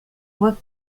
what